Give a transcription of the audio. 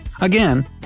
Again